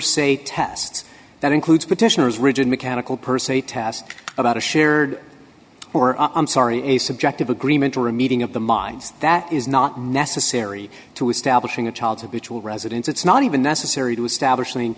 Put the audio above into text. se tests that includes petitioners rigid mechanical person a task about a shared or i'm sorry a subjective agreement or a meeting of the minds that is not necessary to establishing a child which will residence it's not even necessary to establish